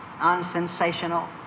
unsensational